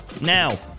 Now